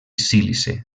sílice